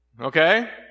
Okay